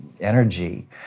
energy